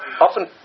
often